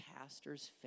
pastors